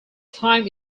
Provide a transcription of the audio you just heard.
time